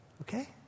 Okay